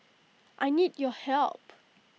I need your help